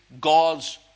God's